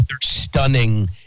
stunning